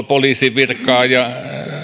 poliisin virkaa ja